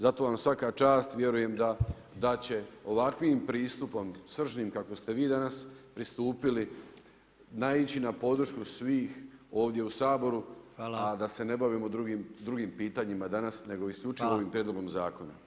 Zato vam svaka čast, vjerujem da će ovakvim pristupom, sržnim kakvim ste vi danas pristupili naići na podršku svih ovdje u Saboru, a da se ne bavimo drugim pitanjima danas, nego isključivo ovim prijedlogom zakona.